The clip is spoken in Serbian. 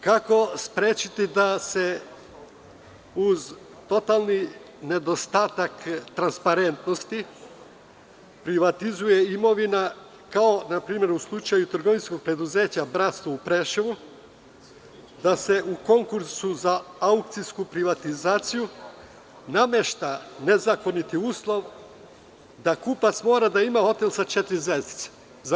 Kako sprečiti da se uz totalni nedostatak transparentnosti privatizuje imovina kao na primer u slučaju trgovinskog preduzeća „Bratstvo“ u Preševu, da se u konkursu za aukcijsku privatizaciju namešta nezakoniti uslov da kupac mora da ima hotel sa četiri zvezdice?